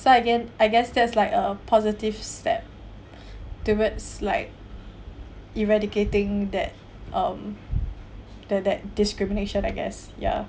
so again I guess there's like a positive step towards like eradicating that um that that discrimination I guess ya